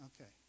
okay